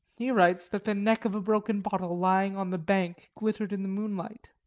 he writes that the neck of a broken bottle lying on the bank glittered in the moonlight,